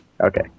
okay